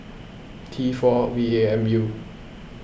T four V A M U